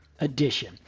edition